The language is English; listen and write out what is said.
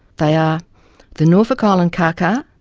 they are the norfolk island kaka,